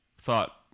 thought